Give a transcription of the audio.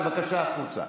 בבקשה, החוצה.